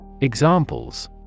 Examples